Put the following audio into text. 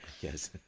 Yes